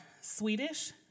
Swedish